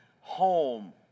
home